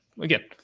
again